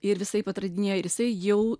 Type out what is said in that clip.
ir visaip atradinėjo jisai jau